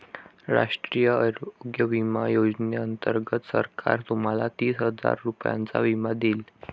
राष्ट्रीय आरोग्य विमा योजनेअंतर्गत सरकार तुम्हाला तीस हजार रुपयांचा विमा देईल